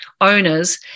owners